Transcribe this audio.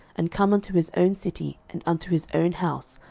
and come unto his own city, and unto his own house,